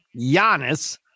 Giannis